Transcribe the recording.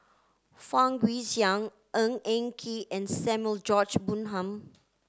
Fang Guixiang Ng Eng Kee and Samuel George Bonham